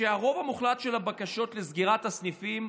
שהרוב המוחלט של הבקשות לסגירת הסניפים,